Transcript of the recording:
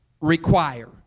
require